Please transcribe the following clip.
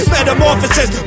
Metamorphosis